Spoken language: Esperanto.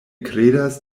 kredas